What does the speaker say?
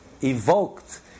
evoked